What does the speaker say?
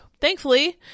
thankfully